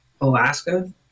Alaska